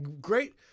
Great